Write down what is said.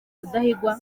rudahigwa